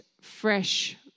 fresh